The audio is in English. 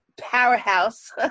Powerhouse